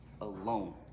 alone